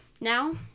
Now